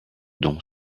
dont